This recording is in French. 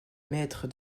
maître